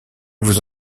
vous